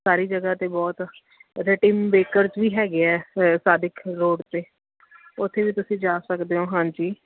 ਸਾਰੀ ਜਗ੍ਹਾ 'ਤੇ ਬਹੁਤ ਇੱਥੇ ਟਿਮ ਬੇਕਰਜ਼ ਵੀ ਹੈਗੇ ਆ ਰੋਡ 'ਤੇ ਉੱਥੇ ਵੀ ਤੁਸੀਂ ਜਾ ਸਕਦੇ ਹੋ ਹਾਂਜੀ